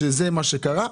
שכך קרה,